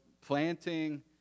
planting